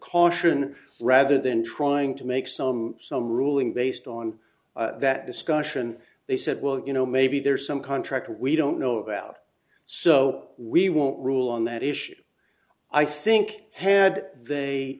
caution rather than trying to make some some ruling based on that discussion they said well you know maybe there's some contract we don't know about so we won't rule on that issue i think had they